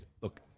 look